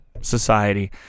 society